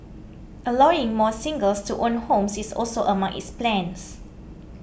allowing more singles to own homes is also among its plans